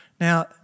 Now